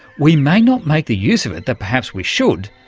we may not make the use of it that perhaps we should,